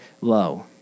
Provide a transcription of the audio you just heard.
low